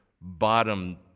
bottom